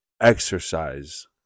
exercise